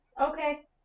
Okay